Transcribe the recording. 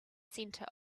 center